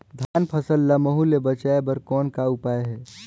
धान फसल ल महू ले बचाय बर कौन का उपाय हे?